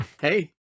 Hey